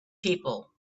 people